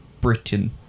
Britain